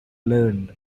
learned